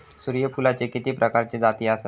सूर्यफूलाचे किती प्रकारचे जाती आसत?